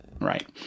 Right